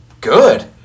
good